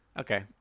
Okay